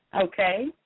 Okay